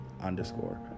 underscore